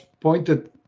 pointed